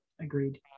Agreed